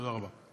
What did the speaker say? תודה רבה.